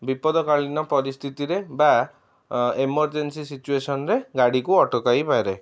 ବିପଦକାଳୀନ ପରିସ୍ଥିତିରେ ବା emergency situation ରେ ଗାଡ଼ିକୁ ଅଟକାଇ ପାରେ